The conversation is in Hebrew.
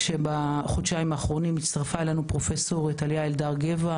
שבחודשיים האחרונים הצטרפה אלינו פרופ' טליה אלדר גבע,